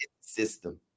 system